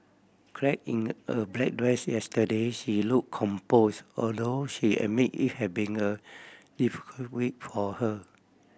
clad in a black dress yesterday she look compose although she admit it had been a difficult week for her